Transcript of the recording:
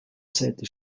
seite